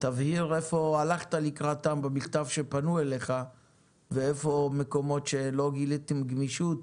איפה הלכת לקראתם במכתב שפנו אליך ואיפה מקומות שלא גיליתם גמישות.